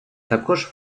також